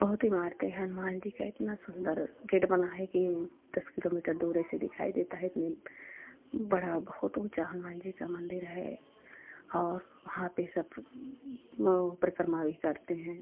बहुत इमारते हैं हनुमान जी का इतना सुन्दर गेट बना है कि दस किलोमीटर दूर ऐसे दिखाई देता है इतने बड़ा बहुत ऊँचा हनुमान जी का मंदिर है और वहाँ पर सब परिक्रमा भी करते हैं